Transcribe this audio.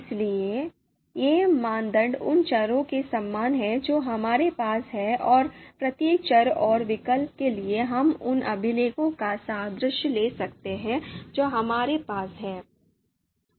इसलिए ये मानदंड उन चरों के समान हैं जो हमारे पास हैं और प्रत्येक चर और विकल्प के लिए हम उन अभिलेखों का सादृश्य ले सकते हैं जो हमारे पास हैं